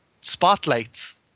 spotlights